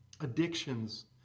addictions